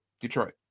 Detroit